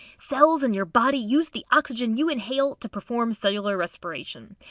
cells in your body use the oxygen you inhale to perform cellular respiration.